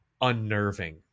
unnerving